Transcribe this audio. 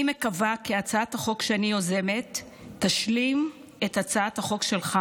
אני מקווה כי הצעת החוק שאני יוזמת תשלים את הצעת החוק שלך